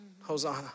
Hosanna